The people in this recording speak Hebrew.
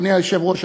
אדוני היושב-ראש,